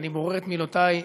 ואני בורר את מילותי,